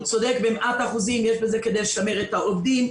הוא צודק במאה אחוזים: יש בזה כדי לשמר את העובדים,